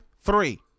Three